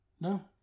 No